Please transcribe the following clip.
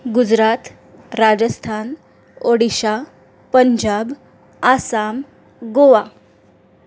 Gujarat Rajasthan Odisha Punjab Assam Goa